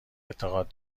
اعتقاد